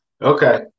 Okay